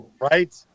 right